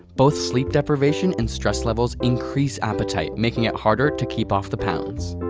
both sleep deprivation and stress levels increase appetite, making it harder to keep off the pounds.